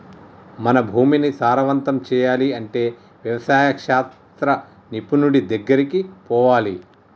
మన భూమిని సారవంతం చేయాలి అంటే వ్యవసాయ శాస్త్ర నిపుణుడి దెగ్గరికి పోవాలి